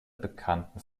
bekannten